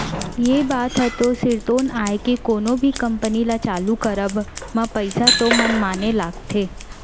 ये बात ह तो सिरतोन आय के कोनो भी कंपनी ल चालू करब म पइसा तो मनमाने लगथे